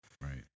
Right